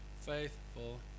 faithful